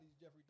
Jeffrey